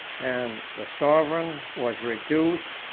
and the sovereign was reduced,